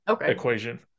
equation